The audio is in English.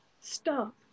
Stop